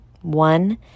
One